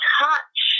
touch